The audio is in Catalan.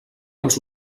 els